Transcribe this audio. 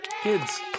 kids